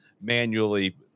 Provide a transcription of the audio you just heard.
manually